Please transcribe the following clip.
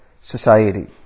society